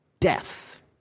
death